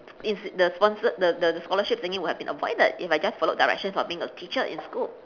is the sponsored the the scholarship thingy would have been avoided if I just follow directions of being a teacher in school